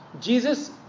Jesus